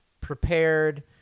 prepared